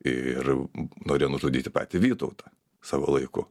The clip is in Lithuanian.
ir norėjo nužudyti patį vytautą savo laiku